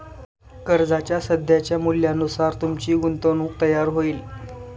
कर्जाच्या सध्याच्या मूल्यानुसार तुमची गुंतवणूक तयार होईल